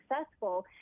successful